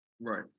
Right